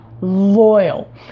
loyal